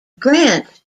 grant